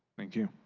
thank you.